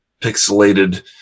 pixelated